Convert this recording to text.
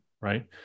right